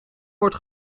wordt